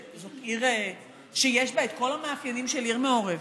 זאת עיר שיש בה את כל המאפיינים של עיר מעורבת,